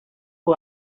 who